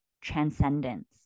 transcendence